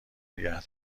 نگه